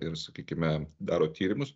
ir sakykime daro tyrimus